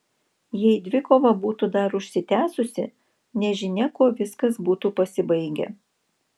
jei dvikova būtų dar užsitęsusi nežinia kuo viskas būtų pasibaigę